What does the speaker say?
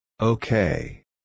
Okay